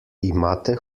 imate